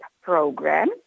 program